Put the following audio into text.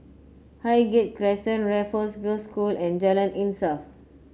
Highgate Crescent Raffles Girls' School and Jalan Insaf